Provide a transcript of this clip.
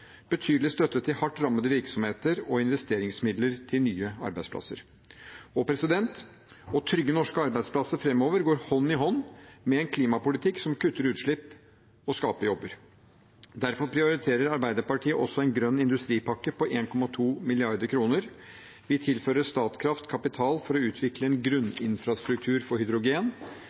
betydelig støtte til hardt rammede virksomheter og investeringsmidler til nye arbeidsplasser. Å trygge norske arbeidsplasser fremover går hånd i hånd med en klimapolitikk som kutter utslipp og skaper jobber. Derfor prioriterer Arbeiderpartiet også en grønn industripakke på 1,2 mrd. kr. Vi tilfører Statkraft kapital for å utvikle en grunninfrastruktur for hydrogen.